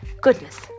Goodness